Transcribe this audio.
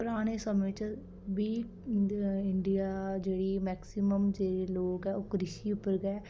पराने समें च बी इंडिया जेह्ड़ी मेक्सीमम जेह्ड़े लोक ऐ ओह् कृषि उप्पर गै